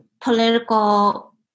political